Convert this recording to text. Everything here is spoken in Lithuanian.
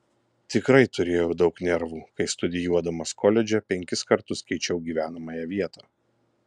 tikrai turėjau daug nervų kai studijuodamas koledže penkis kartus keičiau gyvenamąją vietą